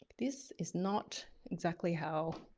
this is not exactly how,